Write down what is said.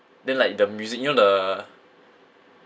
then like the music you know the